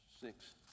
six